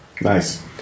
Nice